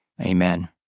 Amen